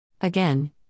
Again